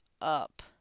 up